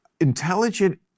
Intelligent